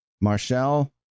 Marshall